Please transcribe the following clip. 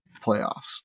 playoffs